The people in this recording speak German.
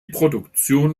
produktion